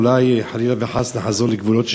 אולי חלילה וחס לחזור לגבולות 67',